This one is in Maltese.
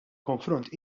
konfront